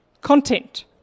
Content